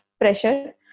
pressure